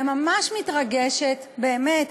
אני ממש מתרגשת, באמת,